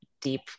deep